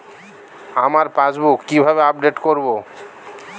আমার পাসবুক কিভাবে আপডেট করবো?